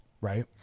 right